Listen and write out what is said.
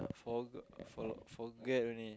forgot for~ forget only